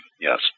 Yes